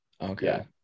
okay